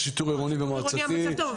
בשיטור עירוני המצב טוב,